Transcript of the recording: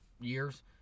years